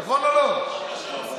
ארבע שעות.